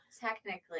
technically